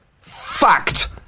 Fact